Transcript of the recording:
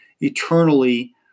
eternally